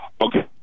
Okay